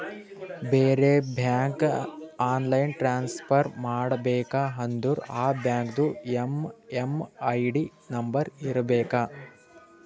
ಬೇರೆ ಬ್ಯಾಂಕ್ಗ online transfer ಮಾಡಬೇಕ ಅಂದುರ್ ಆ ಬ್ಯಾಂಕ್ದು ಎಮ್.ಎಮ್.ಐ.ಡಿ ನಂಬರ್ ಇರಬೇಕ